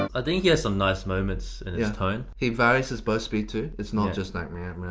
ah ah think he has some nice moments in his tone. he varies his bow speed too. it's not just like